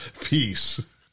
Peace